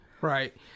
right